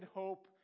hope